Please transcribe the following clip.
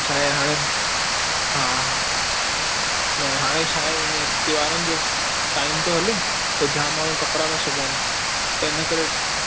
छा आहे हाणे हा न हाणे छा आहे इएं त्योहारनि जो टाइम थो हले त जामु माण्हू कपिड़ा था सुबाइनि त इन करे